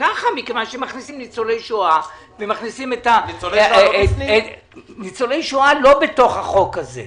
מכיוון שמכניסים ניצולי שואה ומכניסים את --- ניצולי שואה לא בפנים?